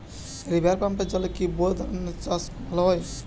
River পাম্পের জলে কি বোর ধানের চাষ ভালো হয়?